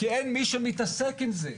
כי אין מי שמתעסק עם זה.